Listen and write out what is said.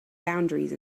boundaries